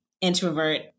introvert